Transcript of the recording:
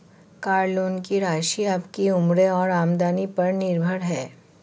car loan की राशि आपकी उम्र और आमदनी पर निर्भर है